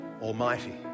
Almighty